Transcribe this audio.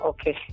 Okay